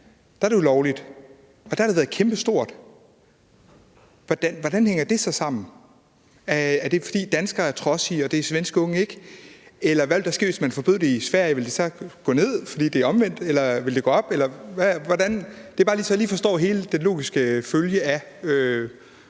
er det jo lovligt, og der har det været kæmpestort. Hvordan hænger det så sammen? Er det, fordi danskere er trodsige, og det er svenske unge ikke? Eller hvad ville der ske, hvis man forbød det i Sverige? Ville det så falde, fordi det er omvendt, eller ville det gå op? Jeg spørger bare lige, så jeg forstår hele den logiske følge,